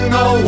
no